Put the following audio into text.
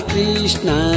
Krishna